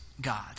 God